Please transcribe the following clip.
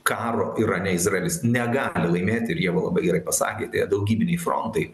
karo irane izraelis negali laimėt ir ieva labai gerai pasakė tie daugybiniai frontai